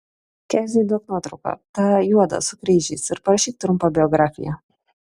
keziui duok nuotrauką tą juodą su kryžiais ir parašyk trumpą biografiją